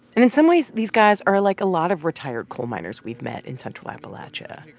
and in some ways, these guys are like a lot of retired coal miners we've met in central appalachia.